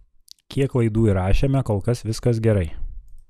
kiek laidų įrašėme kol kas viskas gerai